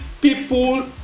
people